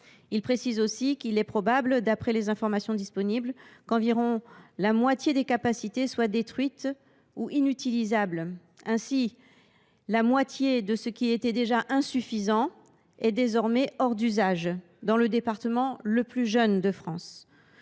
%. Par ailleurs, il est probable, d’après les informations disponibles, qu’environ la moitié des établissements sont détruits ou inutilisables. Ainsi, la moitié de ce qui était déjà insuffisant est désormais hors d’usage dans le département le plus jeune de France.